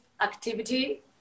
activity